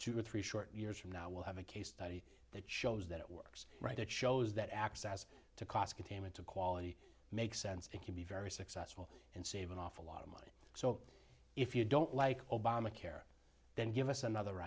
two or three short years from now will have a case study that shows that it works right it shows that access to cost containment to quality makes sense it can be very successful and save an awful lot of money so if you don't like obamacare then give us another